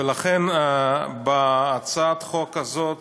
ולכן, בהצעת החוק הזאת